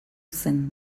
zen